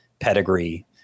pedigree